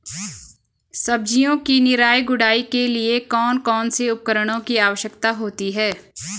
सब्जियों की निराई गुड़ाई के लिए कौन कौन से उपकरणों की आवश्यकता होती है?